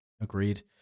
agreed